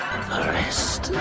Arrest